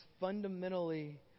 fundamentally